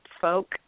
folk